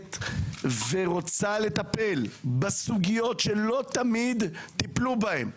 דואגת ורוצה לטפל בסוגיות שלא תמיד טפלו בהן,